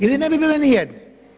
Ili ne bi bile nijedne.